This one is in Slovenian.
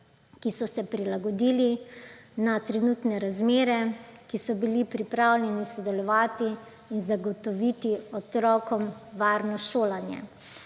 ki so se prilagodili trenutnim razmeram, ki so bili pripravljeni sodelovati in zagotoviti otrokom varno šolanje.